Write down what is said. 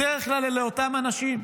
בדרך כלל אלה אותם אנשים,